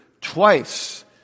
twice